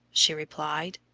she replied.